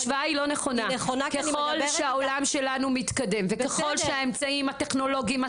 ככל שהעולם שלנו מתקדם וככל שהאמצעים הטכנולוגיים,